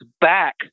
back